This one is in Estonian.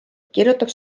kirjutab